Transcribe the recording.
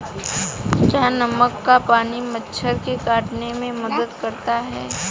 क्या नमक का पानी मच्छर के काटने में मदद करता है?